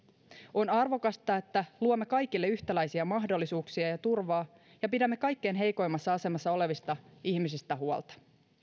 on arvokasta että luomme kaikille yhtäläisiä mahdollisuuksia ja turvaa ja pidämme kaikkein heikoimmassa asemassa olevista ihmisistä huolta